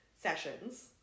Sessions